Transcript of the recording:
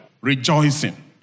rejoicing